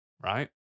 Right